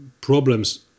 problems